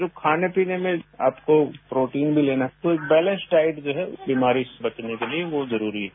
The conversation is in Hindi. जो खाने पीने में आपको प्रोटीन भी लाना तो एक बैलेंस डाइट जो है इस बीमारी से बचने के लिए वो जरूरी है